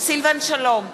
סילבן שלום,